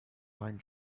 pine